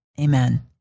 Amen